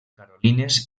carolines